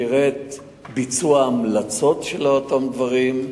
שיראה את ביצוע ההמלצות של אותם דברים.